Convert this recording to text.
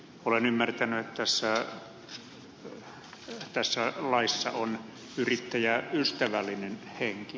olen ymmärtänyt että tässä laissa on yrittäjäystävällinen henki